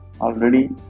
already